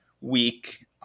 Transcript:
week